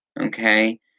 Okay